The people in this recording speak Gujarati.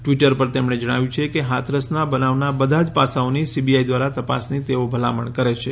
ટ્વીટર પર તેમણે જણાવ્યું છે કે હાથરસના બનાવના બધા જ પાસાઓની સીબીઆઈ દ્વારા તપાસની તેઓ ભલામણ કરે છે